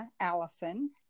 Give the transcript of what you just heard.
Allison